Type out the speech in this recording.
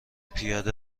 پیاده